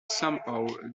somehow